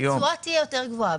התשואה תהיה יותר גבוהה.